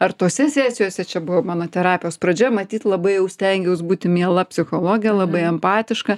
ar tose sesijose čia buvo mano terapijos pradžia matyt labai jau stengiaus būti miela psichologe labai empatiška